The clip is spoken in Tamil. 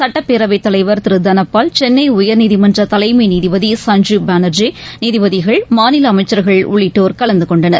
சட்டப்பேரவைத் தலைவர் திருதனபால் சென்னைஉயர்நீதிமன்றதலைமைநீதிபதி சஞ்சீப் பானர்ஜி நீதிபதிகள் மாநிலஅமைச்சர்கள் உள்ளிட்டோர் கலந்துகொண்டனர்